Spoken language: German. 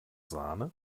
sahne